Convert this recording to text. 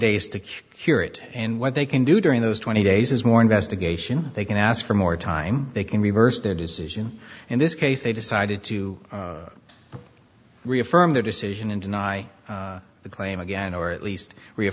days to cure it and what they can do during those twenty days is more investigation they can ask for more time they can reverse their decision in this case they decided to reaffirm their decision and deny the claim again or at least